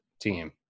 team